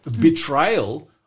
betrayal